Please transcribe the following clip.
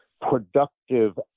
productive